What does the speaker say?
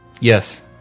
Yes